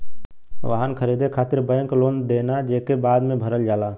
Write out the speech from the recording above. वाहन खरीदे खातिर बैंक लोन देना जेके बाद में भरल जाला